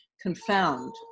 confound